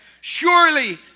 Surely